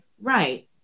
right